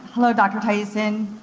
hello dr. tyson,